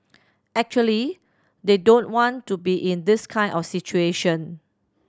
actually they don't want to be in this kind of situation